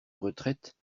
retraite